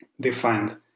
defined